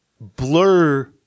blur –